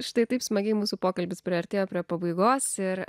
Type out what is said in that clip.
štai taip smagiai mūsų pokalbis priartėjo prie pabaigos ir